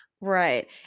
right